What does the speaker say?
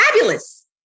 fabulous